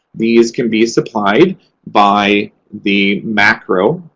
these can be supplied by the macro.